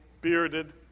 bearded